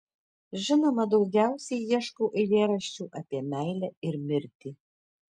žinoma daugiausiai ieškau eilėraščių apie meilę ir mirtį